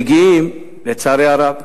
מגיעים, לצערי הרב,